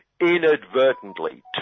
inadvertently